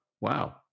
Wow